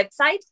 website